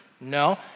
No